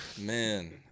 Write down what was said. Man